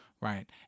right